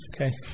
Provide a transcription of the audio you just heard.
Okay